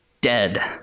dead